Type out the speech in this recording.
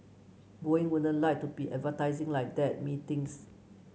Boeing wouldn't like to be advertising like that methinks